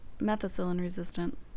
methicillin-resistant